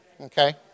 Okay